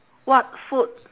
what food